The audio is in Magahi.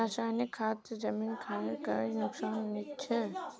रासायनिक खाद से जमीन खानेर कोई नुकसान छे?